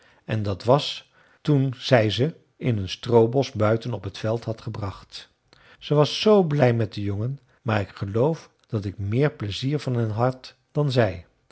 en dat was toen zij ze in een stroobos buiten op het veld had gebracht ze was zoo blij met de jongen maar ik geloof dat ik meer pleizier van hen had dan zij